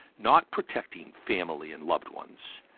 not protecting family and loved ones.